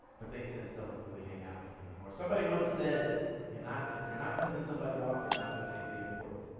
but they since don't really hang out with me anymore. somebody once said, if you're not, if you're not pissing somebody off, you're not doing anything important.